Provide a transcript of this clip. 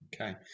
Okay